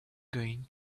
going